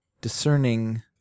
discerning